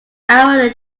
our